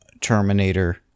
Terminator